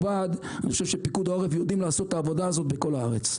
אני חושב שפיקוד העורף יודעים לעשות את העבודה הזאת בכל הארץ.